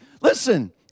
Listen